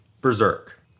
Berserk